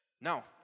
Now